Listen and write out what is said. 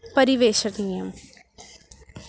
परिवेषणीयम्